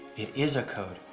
it is a code.